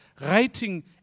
writing